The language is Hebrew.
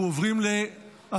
אנחנו עוברים להצבעה